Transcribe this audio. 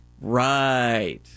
Right